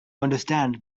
understand